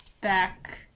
back